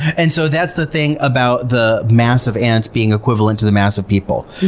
and so that's the thing about the mass of ants being equivalent to the mass of people.